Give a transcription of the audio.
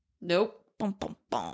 Nope